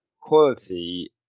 quality